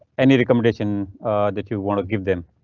any recommendation that you want to give them?